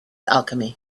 alchemy